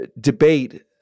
debate